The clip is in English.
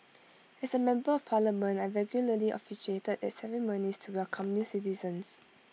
as A member of parliament I regularly officiated at ceremonies to welcome new citizens